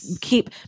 keep